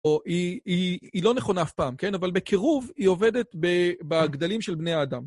או היא היא לא נכונה אף פעם, אבל בקירוב היא עובדת ב...בגדלים של בני האדם.